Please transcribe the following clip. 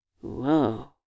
Whoa